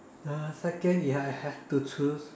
uh second if I have to choose